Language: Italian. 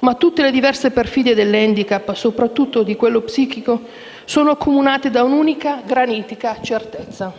ma tutte le diverse perfidie dell'*handicap*, soprattutto di quello psichico, sono accomunate da un'unica, granitica certezza: